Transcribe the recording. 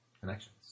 connections